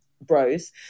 bros